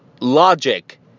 logic